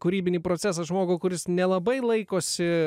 kūrybinį procesą žmogų kuris nelabai laikosi